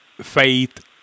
faith